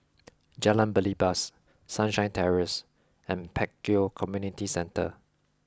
Jalan Belibas Sunshine Terrace and Pek Kio Community Centre